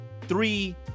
three